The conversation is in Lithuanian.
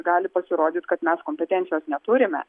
gali pasirodyt kad mes kompetencijos neturime